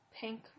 Pink